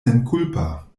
senkulpa